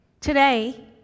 Today